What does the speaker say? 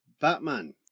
Batman